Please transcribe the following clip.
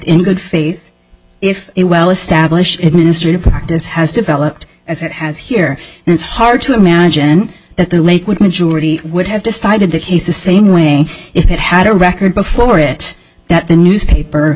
in good faith if it well established administrative practice has developed as it has here and it's hard to imagine that the lakewood majority would have decided the case the same way if it had a record before it that the newspaper